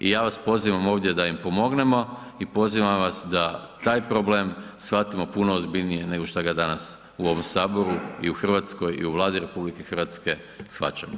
I ja vas pozivam da im pomognemo i pozivam vas da taj problem shvatimo puno ozbiljnije nego šta ga dana u ovom saboru i u Hrvatskoj i u Vladi RH shvaćamo.